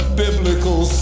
biblical